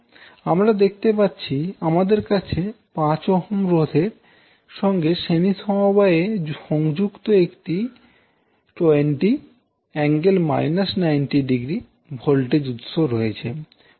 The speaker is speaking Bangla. আমরা দেখতে পাছি আমাদের কাছে 5Ω রোধের এর সঙ্গে শ্রেণী সমবায়ে সংযুক্ত একটি 20∠ − 90° ভোল্টেজ উৎস রয়েছে